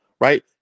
right